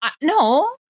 no